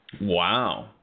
Wow